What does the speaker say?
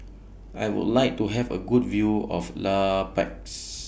I Would like to Have A Good View of La Paz